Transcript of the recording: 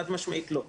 חד משמעית לא.